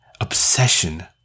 obsession